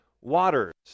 waters